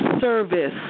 service